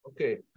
Okay